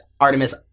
artemis